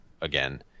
again